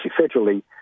federally